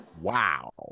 Wow